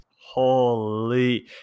Holy